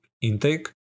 intake